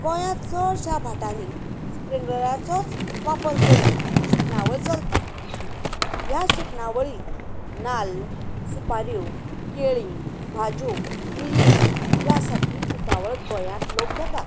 गोंयांत चडश्यां भाटांनी स्प्रिंक्लराचोच वापर करून शिंपणावळ चलता ह्या शिंपणावळीक नाल्ल सुपाऱ्यो केळीं भाजयो मिरयां ह्या सारकी पिकावळ गोंयांत लोक घेतात